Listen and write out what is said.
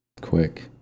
Quick